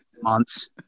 months